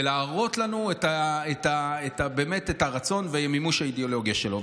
ולהראות לנו את הרצון ומימוש האידיאולוגיה שלו.